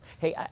Hey